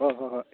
ꯍꯣꯏ ꯍꯣꯏ ꯍꯣꯏ